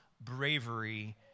bravery